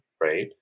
Right